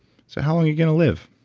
so how are you going to live?